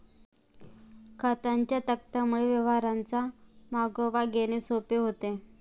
खात्यांच्या तक्त्यांमुळे व्यवहारांचा मागोवा घेणे सोपे होते